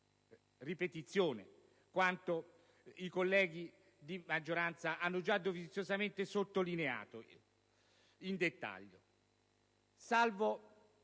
ripetizione - quanto i colleghi di maggioranza hanno già doviziosamente sottolineato in dettaglio, salvo